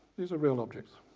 these are real objects.